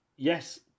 Yes